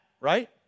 right